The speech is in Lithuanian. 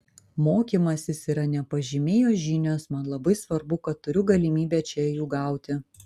mokymasis yra ne pažymiai o žinios man labai svarbu kad turiu galimybę čia jų gauti